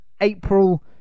April